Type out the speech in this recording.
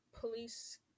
police